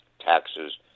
taxes